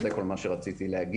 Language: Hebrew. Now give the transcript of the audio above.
זה כל מה שריציתי להגיד.